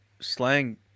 slang